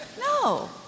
No